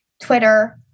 Twitter